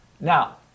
Now